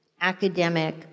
academic